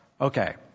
Okay